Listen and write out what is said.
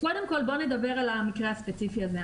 קודם כל בוא נדבר על המקרה הספציפי הזה.